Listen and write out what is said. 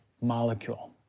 molecule